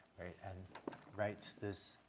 and write this,